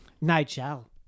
Nigel